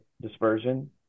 dispersion